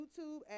YouTube